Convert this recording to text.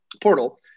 portal